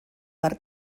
per